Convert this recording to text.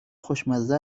خوشمزه